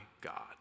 God